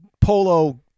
polo